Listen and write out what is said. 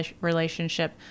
relationship